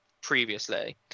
previously